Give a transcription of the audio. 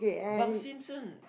Bart-Simpson